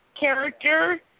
character